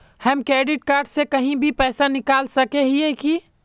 हम credit card से कहीं भी पैसा निकल सके हिये की?